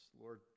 Lord